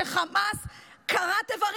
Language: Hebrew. שחמאס כרת איברים,